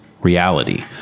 reality